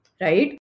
right